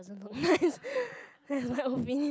don't look nice that's my opinion